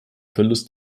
verlust